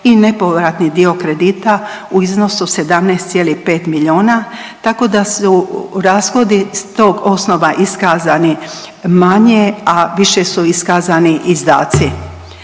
i nepovratni dio kredita u iznosu 17,5 milijuna, tako da su rashodi s tog osnova iskazani manje, a više su iskazani izdaci.